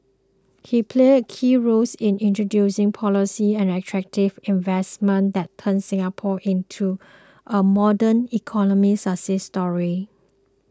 he played a key roles in introducing policies and attracting investments that turned Singapore into a modern economy success story